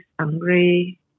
angry